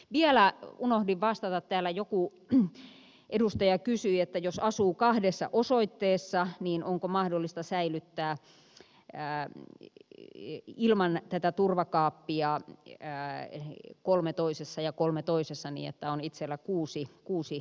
vielä unohdin vastata siihen kun joku edustaja kysyi että jos asuu kahdessa osoitteessa onko mahdollista ilman tätä turvakaappia säilyttää kolme toisessa ja kolme toisessa niin että on itsellä kuusi asetta